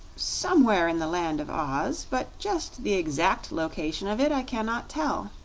somewhere in the land of oz but just the exact location of it i can not tell,